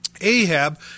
Ahab